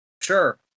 Sure